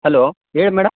hello ಹೇಳಿ madam